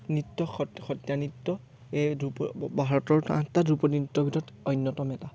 নৃত্য সত্য সত্ৰীয়া নৃত্য এই ধ্ৰুপদী ভাৰতৰ আঠটা ধ্ৰুপদী নৃত্যৰ ভিতৰত অন্যতম এটা